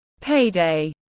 payday